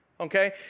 okay